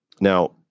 now